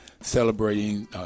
celebrating